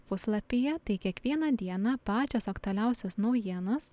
puslapyje tai kiekvieną dieną pačios aktualiausios naujienos